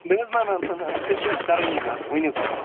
نہ حظ نہ نہ نہ نہ أسۍ حظ چھِ کَرٲنی کَتھ ؤنِو تُہۍ